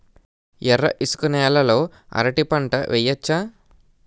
ఎర్ర ఇసుక నేల లో అరటి పంట వెయ్యచ్చా?